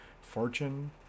fortune